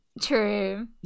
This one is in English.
True